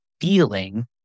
feeling